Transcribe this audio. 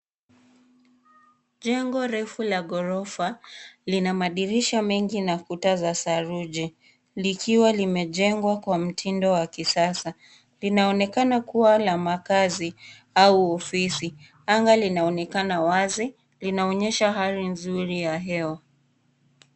Jengo refu la gorofa lima madirisha mengi na kuta za saruji likiwa limejengwa kwa mtindo wa kisasa. Linaonekana kuwa la makazi au ofisi. Anga linaonekana wazi. Linaonyesha hali nzuri ya hewa.